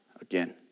again